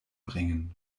bringen